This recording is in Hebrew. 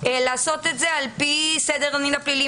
לעשות את זה לפי סדר הדין הפלילי,